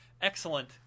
excellent